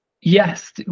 yes